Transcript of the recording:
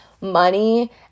money